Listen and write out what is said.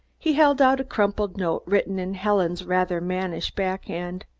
he held out a crumpled note written in helen's rather mannish back-hand.